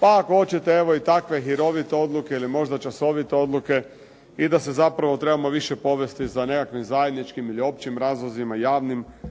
pa ako hoćete evo i takve hirovite odluke ili možda časovite odluke i da se zapravo trebamo više povesti za nekakvim zajedničkim ili općim razlozima javnim,